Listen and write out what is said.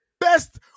Best